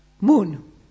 moon